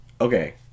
Okay